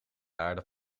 aarde